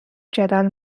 جدل